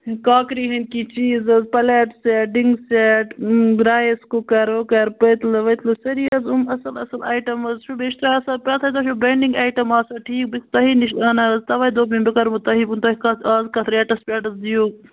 کاکری ہندۍ کینٛہہ چیٖز حَظ پلیٹ سیٚٹ ڈِنگ سیٚٹ رایس کُکر وُکر پٔتلہٕ ؤتلہٕ سٲری حَظ یِم اصٕل اصٕل آیٹم حَظ چھُو بیٚیہِ چھُو تۄہہِ آسان تتھ ہسا برینڈِنگ آیٹم آسان ٹھیک بہٕ چھس تۄہی نِش انان حَظ توے دوٚپ مےٚ بہٕ کرہو تۄہی تۄہہِ کتھ آز کتھ ریٹس پیٹھ دِیِو